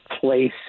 place